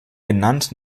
benannt